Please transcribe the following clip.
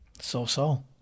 So-so